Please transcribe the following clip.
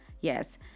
Yes